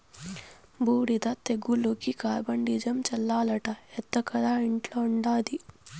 బూడిద తెగులుకి కార్బండిజమ్ చల్లాలట ఎత్తకరా ఇంట్ల ఉండాది